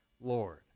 Lord